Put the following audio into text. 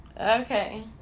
okay